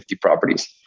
properties